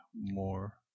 more